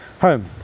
home